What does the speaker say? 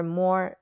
more